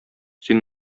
син